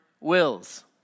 wills